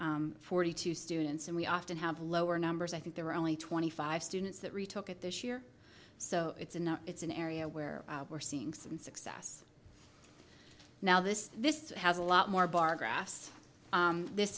fourteen forty two students and we often have lower numbers i think there are only twenty five students that retold at this year so it's a it's an area where we're seeing some success now this this has a lot more bar graphs this